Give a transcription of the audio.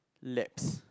laps